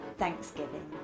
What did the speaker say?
Thanksgiving